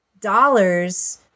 dollars